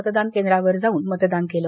मतदान केंद्रावर जाऊन मतदान केलं